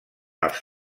els